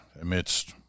amidst